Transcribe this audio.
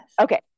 Okay